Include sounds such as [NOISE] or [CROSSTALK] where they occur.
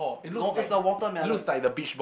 no it's a watermelon [NOISE]